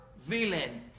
villain